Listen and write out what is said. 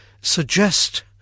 suggest